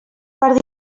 per